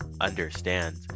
understand